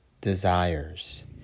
desires